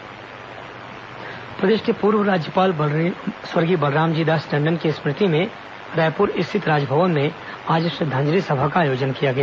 राज्यपाल श्रद्धांजलि सभा प्रदेश के पूर्व राज्यपाल स्वर्गीय बलरामजी दास टंडन की स्मृति में रायपुर स्थित राजभवन में आज श्रद्वांजलि सभा का आयोजन किया गया